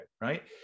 right